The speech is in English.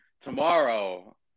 Tomorrow